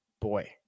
Boy